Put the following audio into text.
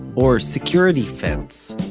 or security fence,